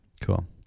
Cool